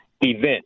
event